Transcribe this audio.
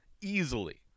easily